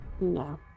No